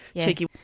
cheeky